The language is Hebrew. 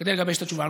כדי לגבש את התשובה.